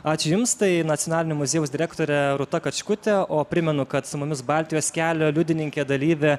ačiū jums tai nacionalinio muziejaus direktorė rūta kačkutė o primenu kad su mumis baltijos kelio liudininkė dalyvė